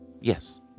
Yes